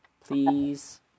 Please